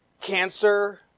Cancer